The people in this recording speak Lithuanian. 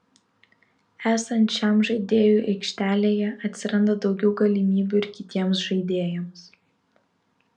esant šiam žaidėjui aikštelėje atsiranda daugiau galimybių ir kitiems žaidėjams